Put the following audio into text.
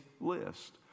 list